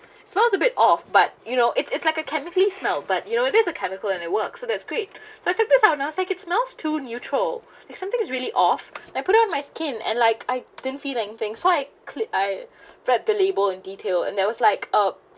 suppose a bit of but you know it's it's like a chemically smell but you know there's a chemical and it works so that's great so I took this out and I think it smell too neutral if something is really off I put it on my skin and like I didn't feeling things so I cli~ I read the label in detail and there was like uh